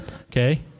Okay